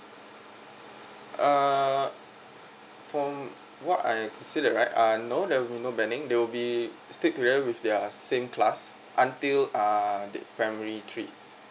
uh from what I say that right ah no there will be no banding they will be stick together with their same class until uh primary three